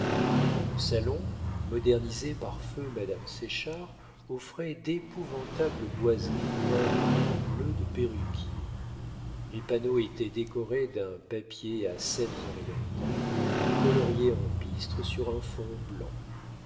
le salon modernisé par feu madame séchard offrait d'épouvantables boiseries peintes en bleu de perruquier les panneaux étaient décorés d'un papier à scènes orientales coloriées en bistre sur un fond blanc